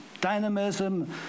dynamism